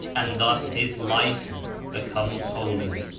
and thus his life becomes holy.